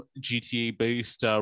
GTA-based